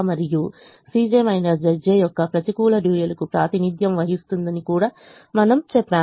మరియు యొక్క ప్రతికూలత డ్యూయల్ కు ప్రాతినిధ్యం వహిస్తుందని కూడా మనము చెప్పాము